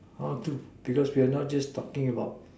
how to because we're not just talking about